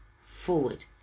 forward